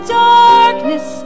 darkness